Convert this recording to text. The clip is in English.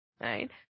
right